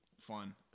fun